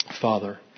Father